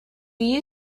you